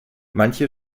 manche